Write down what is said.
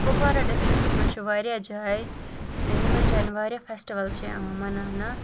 Kupwara districts منٛز چھِ واریاہ جاے یِمَن جایَن واریاہ فیسٹِوَل چھِ یِوان مَناونہٕ